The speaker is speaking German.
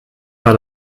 war